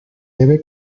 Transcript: debe